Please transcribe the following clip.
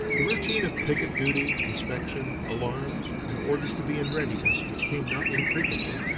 the routine of picket duty, inspection, alarms, and orders to be in readiness which came not infrequently,